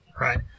Right